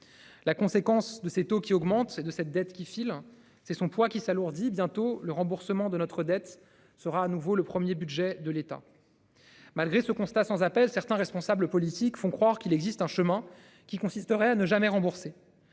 La conséquence de cette eau qui augmente de cette dette qui file c'est son poids qui s'alourdit bientôt le remboursement de notre dette sera à nouveau le 1er budget de l'État. Malgré ce constat sans appel, certains responsables politiques font croire qu'il existe un chemin qui consisterait à ne jamais rembourser.